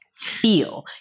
feel